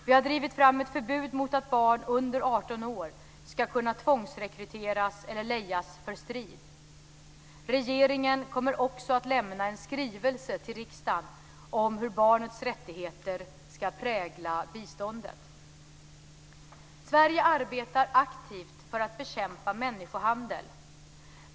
Vi har drivit fram ett förbud mot att barn under 18 år ska kunna tvångsrekryteras eller lejas för strid. Regeringen kommer också att lämna en skrivelse till riksdagen om hur barnets rättigheter ska prägla biståndet. Sverige arbetar aktivt för att bekämpa människohandel.